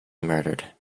murdered